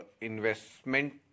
investment